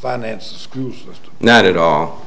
finance not at all